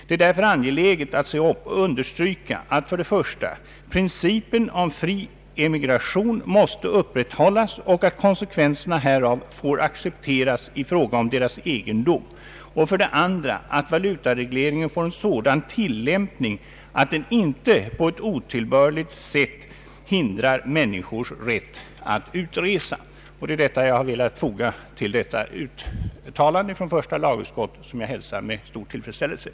Det är därför angeläget att se upp och understryka att för det första principen om fri emigration måste upprätthållas och konsekvenserna därav accepteras i fråga om vederbörandes egendom, och för det andra att valutaregleringen får en sådan tillämp ning att den inte på ett otillbörligt sätt försvårar människors rätt att utresa. Detta har jag velat foga till första lagutskottets utlåtande, som jag hälsar med stor tillfredsställelse.